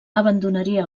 abandonaria